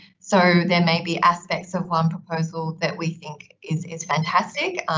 so there may be aspects of one proposal that we think is is fantastic.